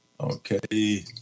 Okay